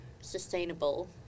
sustainable